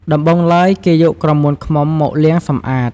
ដំបូងឡើយ គេយកក្រមួនឃ្មុំមកលាងសម្អាត។